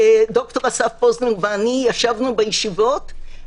ד"ר אסף פוזנר ואני ישבנו בישיבות.